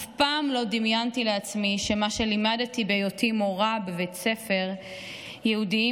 אף פעם לא דמיינתי לעצמי שמה שלימדתי בהיותי מורה בבתי ספר יהודיים